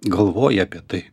galvoji apie tai